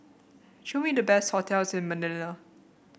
show me the best hotels in Manila